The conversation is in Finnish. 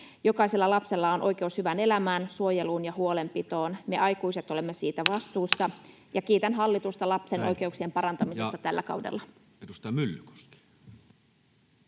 Jokaisella lapsella on oikeus hyvään elämään, suojeluun ja huolenpitoon. Me aikuiset olemme siitä vastuussa, ja kiitän hallitusta lapsen oikeuksien [Puhemies: Näin.] parantamisesta tällä kaudella.